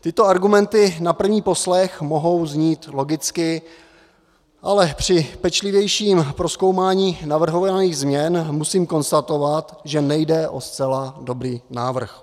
Tyto argumenty na první poslech mohou znít logicky, ale při pečlivějším prozkoumání navrhovaných změn musím konstatovat, že nejde o zcela dobrý návrh.